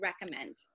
recommend